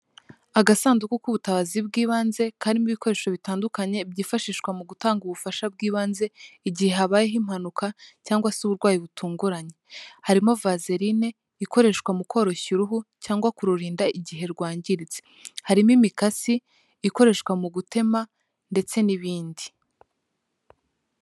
Agasanduku k'ubutabazi bw'ibanze, karimo ibikoresho bitandukanye, byifashishwa mu gutanga ubufasha bw'ibanze, igihe habayeho impanuka cyangwa se uburwayi butunguranye. Harimo vazerine ikoreshwa mu koroshya uruhu cyangwa kururinda, igihe rwangiritse. Harimo imikasi ikoreshwa mu gutema, ndetse n'ibindi.